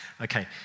Okay